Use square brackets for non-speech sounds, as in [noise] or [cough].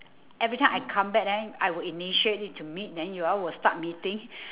every time I come back then I would initiate it to meet then you all would start meeting [breath]